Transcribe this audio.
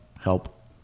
help